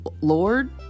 Lord